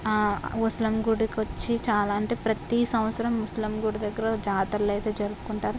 ఆ ఊసలమ్మ గుడికొచ్చి చాలా అంటే ప్రతి సంవత్సరం ముసలమ్మ గుడి దగ్గర జాతర్లైతే జరుపుకుంటారు